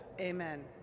Amen